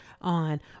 on